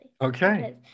okay